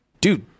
dude